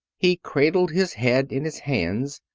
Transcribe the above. he cradled his head in his hands,